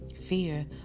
Fear